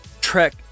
Trek